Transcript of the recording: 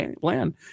plan